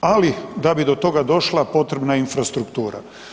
Ali, da bi do toga došla, potrebna je infrastruktura.